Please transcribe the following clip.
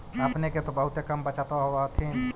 अपने के तो बहुते कम बचतबा होब होथिं?